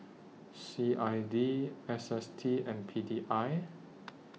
C I D S S T and P D I